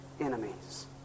enemies